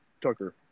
Tucker